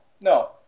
no